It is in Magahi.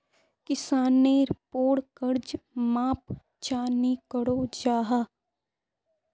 किसानेर पोर कर्ज माप चाँ नी करो जाहा?